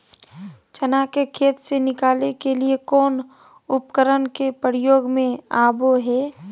चना के खेत से निकाले के लिए कौन उपकरण के प्रयोग में आबो है?